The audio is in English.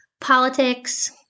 politics